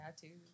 tattoos